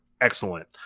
excellent